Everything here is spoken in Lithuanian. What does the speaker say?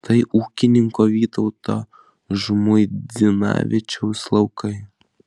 tai ūkininko vytauto žmuidzinavičiaus laukai